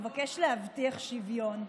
מבקש להבטיח שוויון,